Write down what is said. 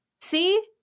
See